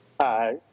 Hi